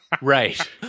Right